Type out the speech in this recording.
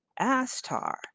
Astar